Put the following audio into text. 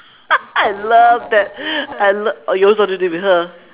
I love that I love oh you also do with her